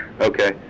Okay